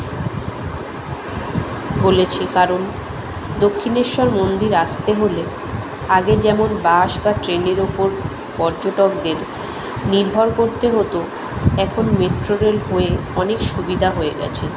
বলেছি কারণ দক্ষিণেশ্বর মন্দির আসতে হলে আগে যেমন বাস বা ট্রেনের উপর পর্যটকদের নির্ভর করতে হতো এখন মেট্রো রেল হয়ে অনেক সুবিধা হয়ে গেছে